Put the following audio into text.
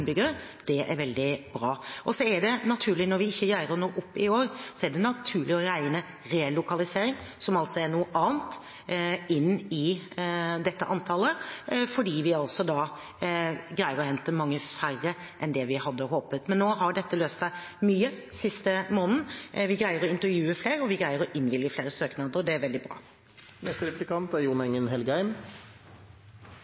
Det er veldig bra. Når vi ikke greier å nå opp i år, er det naturlig å regne relokalisering – som altså er noe annet – inn i dette antallet, fordi vi greier å hente mange færre enn det vi hadde håpet på. Men nå har dette løst seg mye den siste måneden. Vi greier å intervjue flere, og vi greier å innvilge flere søknader, og det er veldig